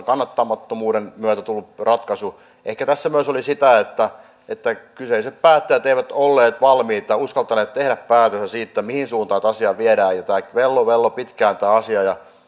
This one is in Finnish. kannattamattomuuden myötä tullut ratkaisu ehkä tässä oli myös sitä että kyseiset päättäjät eivät olleet valmiita uskaltaneet tehdä päätöstä siitä mihin suuntaan tätä asiaa viedään tämä asia velloi velloi pitkään ja